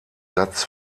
satz